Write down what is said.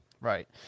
Right